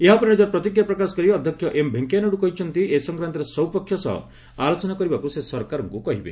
ଏହା ଉପରେ ନିଜର ପ୍ରତିକ୍ରିୟା ପ୍ରକାଶ କରି ଅଧ୍ୟକ୍ଷ ଏମ ଭେଙ୍କିଆ ନାଇଡ଼ କହିଛନ୍ତି ଏ ସଂକ୍ରାନ୍ତରେ ସବ୍ ପକ୍ଷ ସହ ଆଲୋଚନା କରିବାକୁ ସେ ସରକାରଙ୍କୁ କହିବେ